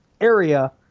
area